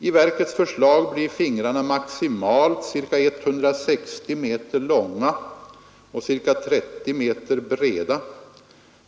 I verkets förslag blir fingrarna maximalt ca 160 m långa och ca 30 m breda.